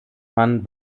man